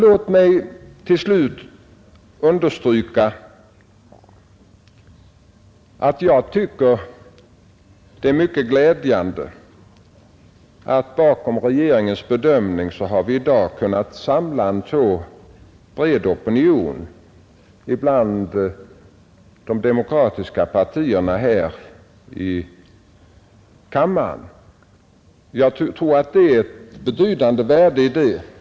Låt mig till slut säga att jag tycker det är mycket glädjande att vi bakom regeringens bedömning i dag har kunnat samla en så bred opinion som fallet är bland de demokratiska partierna här i kammaren. Det ligger ett betydande värde i det.